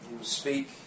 speak